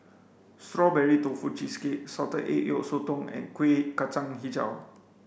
strawberry tofu cheesecake salted egg yolk Sotong and Kueh Kacang Hijau